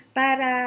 para